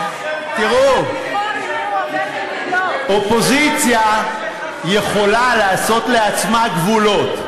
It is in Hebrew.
תראו, אופוזיציה יכולה לעשות לעצמה גבולות.